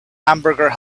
hamburger